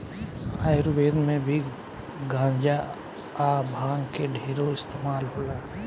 आयुर्वेद मे भी गांजा आ भांग के ढेरे इस्तमाल होला